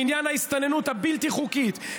בעניין ההסתננות הבלתי-חוקית,